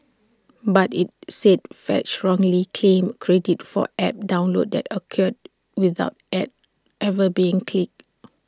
but IT said fetch wrongly claimed credit for app downloads that occurred without ads ever being clicked